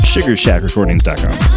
SugarShackRecordings.com